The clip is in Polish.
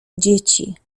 dzieci